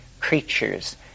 creatures